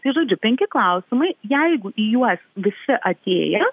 tai žodžiu penki klausimai jeigu į juos visi atėję